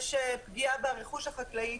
יש פגיעה ברכוש החקלאי,